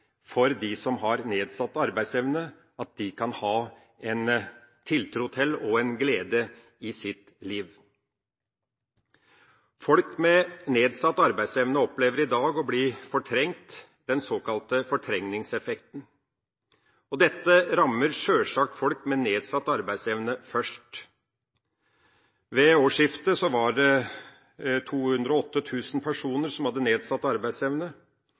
for dem som har nedsatt arbeidsevne, å ha tiltro til det og ha en glede i sitt liv. Folk med nedsatt arbeidsevne opplever i dag å bli fortrengt, den såkalte fortrengningseffekten. Dette rammer sjølsagt folk med nedsatt arbeidsevne først. Ved årsskiftet var det 208 000 personer som hadde nedsatt arbeidsevne.